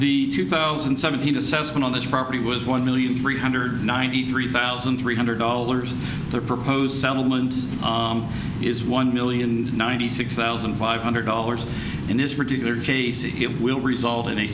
thousand and seventeen assessment on this property was one million three hundred ninety three thousand three hundred dollars the proposed settlement is one million ninety six thousand five hundred dollars in this particular case it will result in a